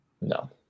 No